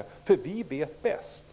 att ''vi vet bäst''?